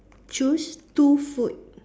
choose two food